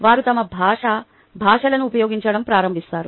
వారు తమ భాష భాషలను ఉపయోగించడం ప్రారంభిస్తారు